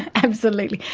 absolutely.